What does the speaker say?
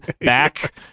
back